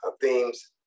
themes